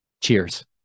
Cheers